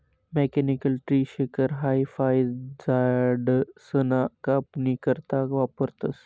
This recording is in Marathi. मेकॅनिकल ट्री शेकर हाई फयझाडसना कापनी करता वापरतंस